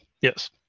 yes